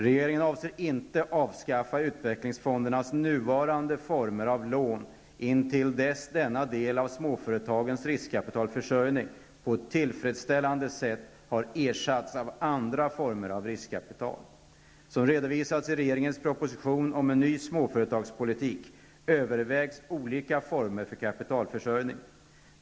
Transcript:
Regeringen avser inte att avskaffa utvecklingsfondernas nuvarande former av lån intill dess denna del av småföretagens riskkapitalförsörjning på ett tillfredsställande sätt har ersatts av andra former av riskkapital. Som redovisats i regeringens proposition om en ny småföretagspolitik övervägs olika former för kapitalförsörjning.